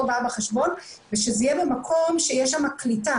בא בחשבון ושזה יהיה במקום שיש שם קליטה.